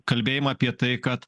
kalbėjimą apie tai kad